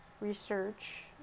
research